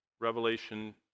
Revelation